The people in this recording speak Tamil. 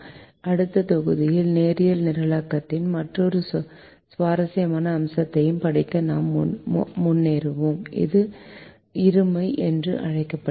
அடுத்த தொகுதியில் நேரியல் நிரலாக்கத்தின் மற்றொரு சுவாரஸ்யமான அம்சத்தைப் படிக்க நாம் முன்னேறுவோம் இது இருமை என்று அழைக்கப்படுகிறது